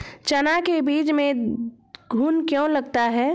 चना के बीज में घुन क्यो लगता है?